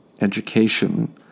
Education